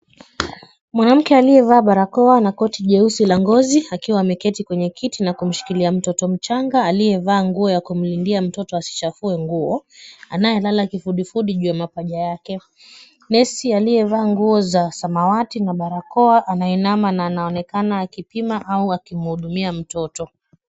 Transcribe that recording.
Mwanamke aliyevaa barakoa na koti jeusi la ngozi akiwa ameketi kwenye kiti na kumshikilia mtoto mchanga aliyevaa nguo ya kumlindia mtoto asichafue nguo, anayelala kifudifudi juu ya mapaja yake. Nesi aliyevaa nguo za samawati na barakoa anainama na anaonekana akipima au akimhudumia mtoto.